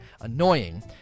annoying